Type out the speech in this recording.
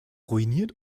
ruiniert